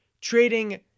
trading